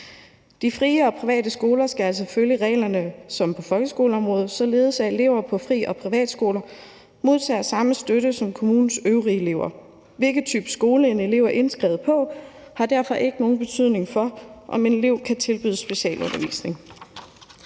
De frie og private skoler skal altså følge de regler, som man skal på folkeskoleområdet, således at elever på fri- og privatskoler modtager samme støtte som kommunens øvrige elever. Hvilken type skole en elev er indskrevet på har derfor ikke nogen betydning for, om en elev kan tilbydes specialundervisning.